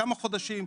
כמה חודשים,